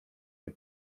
nie